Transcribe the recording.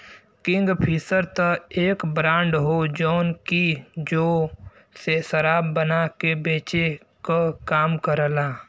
Kingfisher त एक brand हौ जौन की जौ से शराब बना के बेचे क काम करला